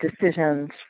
decisions